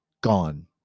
gone